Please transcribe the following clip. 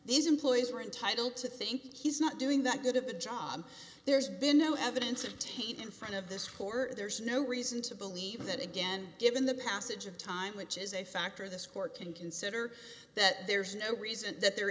these employees were entitled to think he's not doing that good of a job there's been no evidence of taint in front of this court there's no reason to believe that again given the passage of time which is a factor this court can consider that there's no reason that there